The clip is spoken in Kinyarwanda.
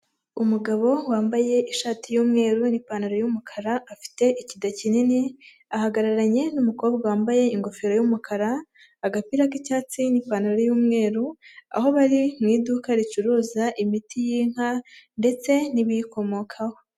Umugabo wambaye ishati y'umweru n'ipantaro y'umukara afite ikida kinini, ahagararanye n'umukobwa wambaye ingofero y'umukara, agapira k'icyatsi n'ipantaro y'umweru, aho bari mu iduka ricuruza imiti y'inka, ndetse n'ibiyikomokaho.